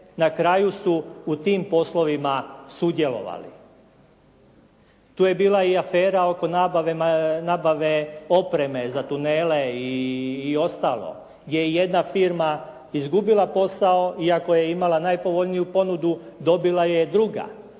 na kraju su u tim poslovima sudjelovali. Tu je bila i afera oko nabave opreme za tunele i ostalo gdje jedan firma izgubila posao iako je imala najpovoljniju ponudu, dobila je druga.